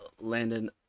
Landon